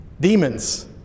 demons